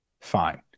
fine